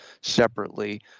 separately